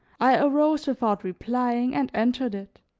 i arose without replying and entered it,